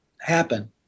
happen